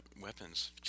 weapons